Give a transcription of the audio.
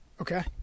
Okay